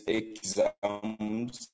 exams